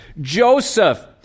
Joseph